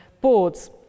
boards